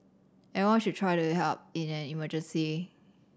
everyone should try to help in an emergency